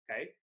okay